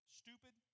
stupid